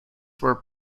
were